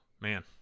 man